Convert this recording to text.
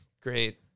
great